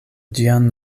ĝian